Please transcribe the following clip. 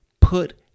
put